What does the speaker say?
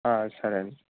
సరేండి